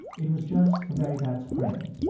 it was just a very bad sprain